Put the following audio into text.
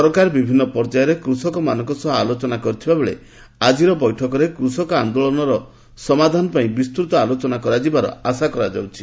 ସରକାର ବିଭିନ୍ନ ପର୍ଯ୍ୟାୟରେ କୃଷକମାନଙ୍କ ସହ ଆଲୋଚନା କରିଥିବା ବେଳେ ଆଜିର ବୈଠକରେ କୃଷକ ଆନ୍ଦୋଳନର ସମାଧାନ ପାଇଁ ବିସ୍ତୃତ ଆଲୋଚନା କରାଯିବା ଆଶା ରହିଛି